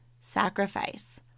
sacrifice